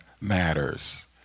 Matters